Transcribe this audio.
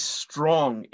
strong